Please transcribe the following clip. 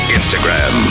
Instagram